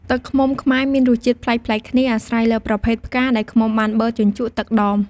ទឹកឃ្មុំខ្មែរមានរសជាតិប្លែកៗគ្នា អាស្រ័យលើប្រភេទផ្កាដែលឃ្មុំបានបឺតជញ្ជក់ទឹកដម។